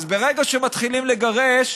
ברגע שמתחילים לגרש,